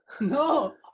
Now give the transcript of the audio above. No